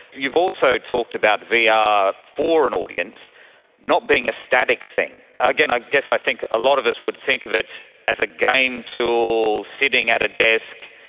you've also talked about vr yeah ah for an audience not being a static thing. again, i guess i think a lot of us would think of it as a game tool, sitting at a desk,